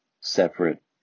separate